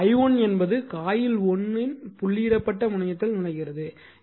இப்போது i1 என்பது coil 1 இன் புள்ளியிடப்பட்ட முனையத்தில் நுழைகிறது